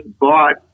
bought